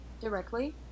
directly